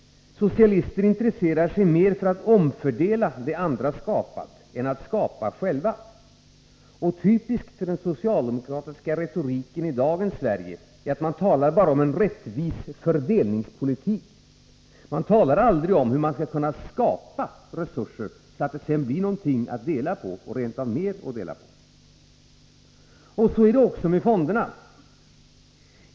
Socialister intresserar sig mer för att omfördela det andra skapat än för att skapa själva. Typiskt för den socialdemokratiska retoriken i dagens Sverige är att socialdemokraterna bara talar om en rättvis ”fördelningspolitik”. De talar aldrig om hur man skall kunna skapa resurser, så att det sedan blir någonting att dela på, rent av mer att dela på. Så är det också med fonderna.